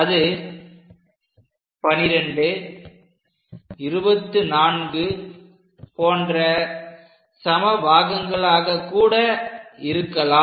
அது 1224 போன்ற சம பாகங்களாக கூட இருக்கலாம்